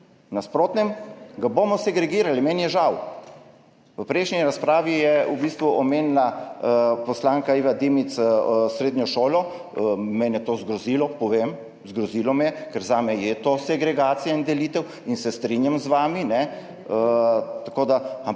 nasprotnem ga bomo segregirali. Meni je žal. V prejšnji razpravi je v bistvu omenila poslanka Iva Dimic srednjo šolo. Mene je to zgrozilo, povem, zgrozilo me je, ker zame to je segregacija in delitev, in se strinjam z vami. Ampak